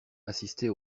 assistait